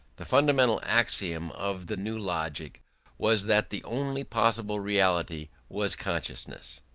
the fundamental axiom of the new logic was that the only possible reality was consciousness.